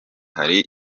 hari